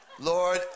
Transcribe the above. Lord